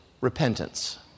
repentance